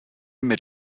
mit